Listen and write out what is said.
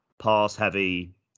pass-heavy